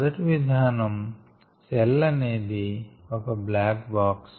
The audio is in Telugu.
మొదటి విధానం సెల్ అనేది ఒక బ్లాక్ బాక్స్